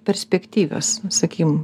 perspektyvios sakykim